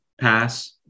pass